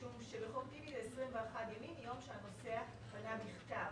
משום שבחוק טיבי זה 21 ימים מיום שהנוסע פנה בכתב.